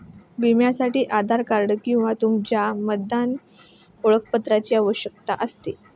विम्यासाठी आधार कार्ड किंवा तुमच्या मतदार ओळखपत्राची आवश्यकता असते